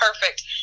perfect